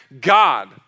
God